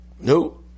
No